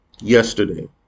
yesterday